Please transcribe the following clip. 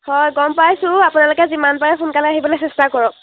হয় গম পাইছোঁ আপোনালোকে যিমান পাৰে সোনকালে আহিবলৈ চেষ্টা কৰক